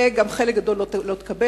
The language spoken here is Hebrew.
וגם חלק גדול לא תקבלנה,